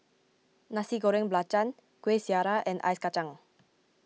Nasi Goreng Belacan Kueh Syara and Ice Kacang